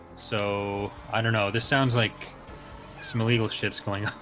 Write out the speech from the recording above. so i don't know this sounds like some illegal shit, scalia